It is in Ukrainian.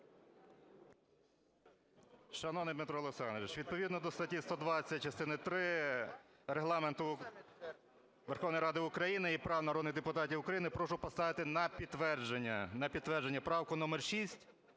Дмитро Олександрович, відповідно до статті 120, частини три, Регламенту Верховної Ради України і права народних депутатів України прошу поставити на підтвердження, на